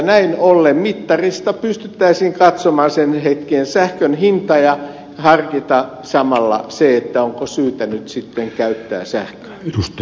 näin ollen mittarista pystyttäisiin katsomaan sen hetken sähkön hinta ja harkitsemaan onko nyt syytä käyttää sähköä